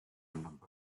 number